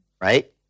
Right